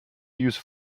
use